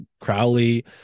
Crowley